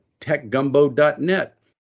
techgumbo.net